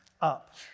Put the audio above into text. up